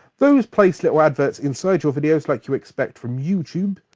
those place little adverts inside your videos like you expect from youtube,